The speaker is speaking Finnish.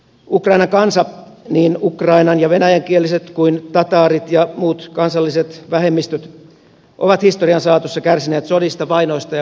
ukrainan kansa niin ukrainan ja venäjänkieliset kuin tataarit ja muut kansalliset vähemmistöt ovat historian saatossa kärsineet sodista vainoista ja valtapelistä